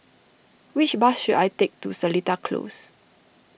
which bus should I take to Seletar Close